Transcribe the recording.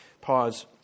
pause